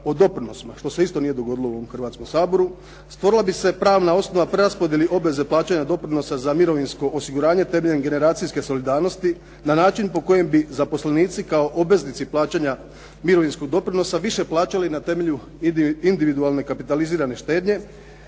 o doprinosima što se isto nije dogodilo u Hrvatskom saboru stvorila bi se pravna osnova preraspodjele i obveze plaćanja doprinosa za mirovinsko osiguranje, temeljem generacijske solidarnosti na način po kojem bi zaposlenici kao obveznici plaćanja mirovinskog doprinosa više plaćali na temelju individualne kapitalizirane štednje,